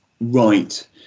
right